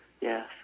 Yes